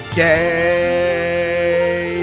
gay